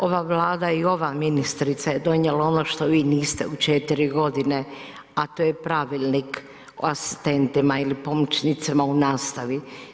Ova Vlada i ova ministrica je donijela što vi niste u 4 g. a to je Pravilnik o asistentima ili pomoćnicima u nastavi.